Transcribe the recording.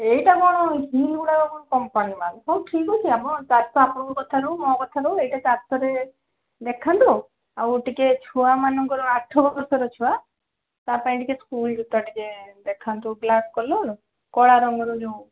ଏଇଟା କ'ଣ ହିଲଗୁଡ଼ାକ କ'ଣ କମ୍ପାନୀ ମାଲ୍ ହଉ ଠିକ୍ ଅଛି ଆପଣ ଚାରିଶହ ଆପଣଙ୍କ କଥା ରହୁ ମୋ କଥା ରହୁ ଏଇଟା ଚାରିଶହରେ ଦେଖାନ୍ତୁ ଆଉ ଟିକେ ଛୁଆମାନଙ୍କର ଆଠ ବର୍ଷର ଛୁଆ ତା ପାଇଁ ଟିକେ ସ୍କୁଲ୍ ଜୋତା ଟିକେ ଦେଖାନ୍ତୁ ବ୍ଲାକ୍ କଲର୍ କଳା ରଙ୍ଗର ଯେଉଁ